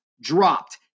dropped